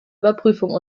überprüfung